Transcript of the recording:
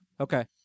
Okay